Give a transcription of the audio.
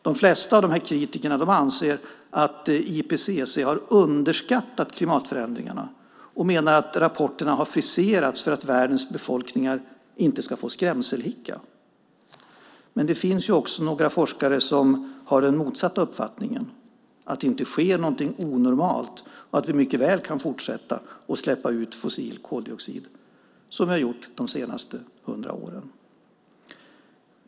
De flesta av de här kritikerna anser att IPCC har underskattat klimatförändringarna och menar att rapporterna har friserats för att världens befolkningar inte ska få skrämselhicka. Det finns också några forskare som har den motsatta uppfattningen, att det inte sker någonting onormalt och att vi mycket väl kan fortsätta att släppa ut fossil koldioxid som vi har gjort de senaste 100 åren.